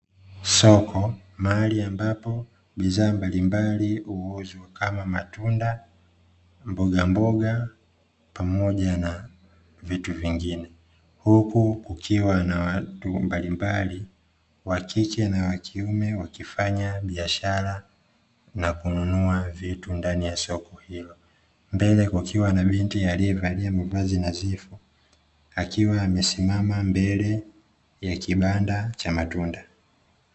Soko, mahali ambapo bidhaa mbalimbali huuzwa kama; matunda, mbogamboga pamoja na vitu vingine huku kukiwa na watu mbalimbali; wa kike na wa kiume wakifanya biashara na kununua vitu ndani ya soko hilo. Mbele kukiwa na binti aliyevalia mavazi nadhifu akiwa amesimama mbele ya kibanda cha matunda.